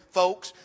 folks